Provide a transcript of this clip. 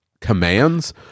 commands